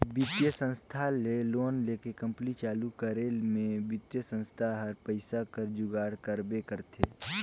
बित्तीय संस्था ले लोन लेके कंपनी चालू करे में बित्तीय संस्था हर पइसा कर जुगाड़ करबे करथे